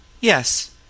Yes